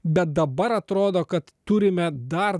bet dabar atrodo kad turime dar